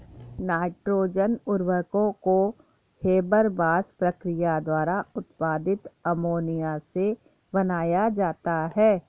nitrogen उर्वरकों को Haber Bosch प्रक्रिया द्वारा उत्पादित अमोनिया से बनाया जाता है